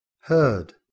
heard